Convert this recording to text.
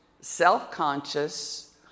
self-conscious